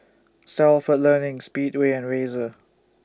Stalford Learning Speedway and Razer